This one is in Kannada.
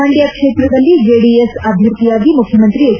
ಮಂಡ್ಯ ಕ್ಷೇತ್ರದಲ್ಲಿ ಜೆಡಿಎಸ್ ಅಭ್ಯರ್ಥಿಯಾಗಿ ಮುಖ್ಯಮಂತ್ರಿ ಎಚ್